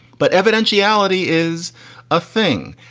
but evidentiality is a thing.